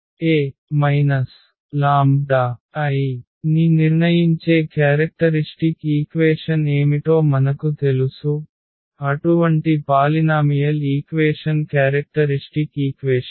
ఈ A λI ని నిర్ణయించే క్యారెక్టరిష్టిక్ ఈక్వేషన్ ఏమిటో మనకు తెలుసు అటువంటి పాలినామియల్ ఈక్వేషన్ క్యారెక్టరిష్టిక్ ఈక్వేషన్